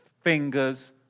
fingers